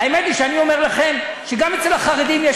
האמת היא שאני אומר לכם שגם אצל החרדים יש